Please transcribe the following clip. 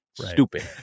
Stupid